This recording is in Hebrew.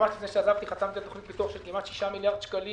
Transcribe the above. ממש לפני שעזבתי חתמתי על תוכנית פיתוח של כמעט 6 מיליארד שקלים,